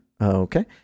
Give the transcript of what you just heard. Okay